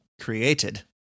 created